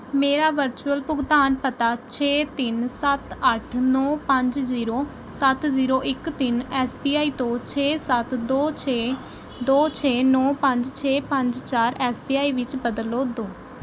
ਮੇਰਾ ਵਰਚੁਅਲ ਭੁਗਤਾਨ ਪਤਾ ਛੇ ਤਿੰਨ ਸੱਤ ਅੱਠ ਨੌ ਪੰਜ ਜ਼ੀਰੋ ਸੱਤ ਜ਼ੀਰੋ ਇੱਕ ਤਿੰਨ ਐੱਸ ਬੀ ਆਈ ਤੋਂ ਛੇ ਸੱਤ ਦੋ ਛੇ ਦੋ ਛੇ ਨੌ ਪੰਜ ਛੇ ਪੰਜ ਚਾਰ ਐੱਸ ਬੀ ਆਈ ਵਿੱਚ ਬਦਲ ਦਿਉ